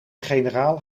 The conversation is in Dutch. generaal